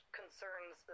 concerns